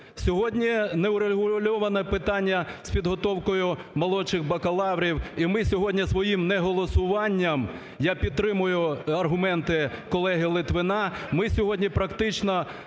Сьогодні не врегульоване питання з підготовкою молодших бакалаврів. І ми сьогодні своїм неголосування, я підтримую аргументи колеги Литвина, ми сьогодні практично